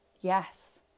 Yes